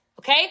Okay